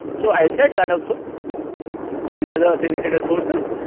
so i said that also so these are the syndicators sources.